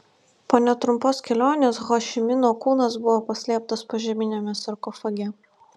po netrumpos kelionės ho ši mino kūnas buvo paslėptas požeminiame sarkofage